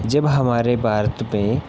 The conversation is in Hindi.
जब हमारे भारत पर